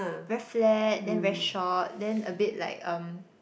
very flat then very short then a bit like um